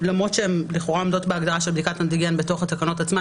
למרות שהן לכאורה עומדות בהגדרה של בדיקת אנטיגן בתוך התקנות עצמן,